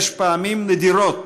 יש פעמים נדירות,